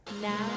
now